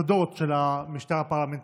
אמרתי, הוא הפריע לי.